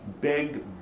big